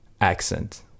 accent